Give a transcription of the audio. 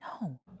No